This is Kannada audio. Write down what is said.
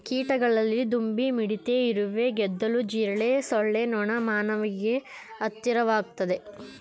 ಕೀಟಗಳಲ್ಲಿ ದುಂಬಿ ಮಿಡತೆ ಇರುವೆ ಗೆದ್ದಲು ಜಿರಳೆ ಸೊಳ್ಳೆ ನೊಣ ಮಾನವನಿಗೆ ಹತ್ತಿರವಾಗಯ್ತೆ